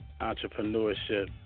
entrepreneurship